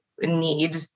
need